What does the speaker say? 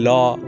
Law